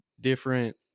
different